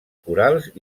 corals